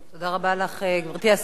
תודה רבה לך, גברתי השרה.